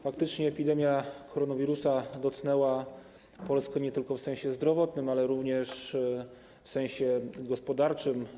Faktycznie epidemia koronawirusa dotknęła Polskę nie tylko w sensie zdrowotnym, ale również w sensie gospodarczym.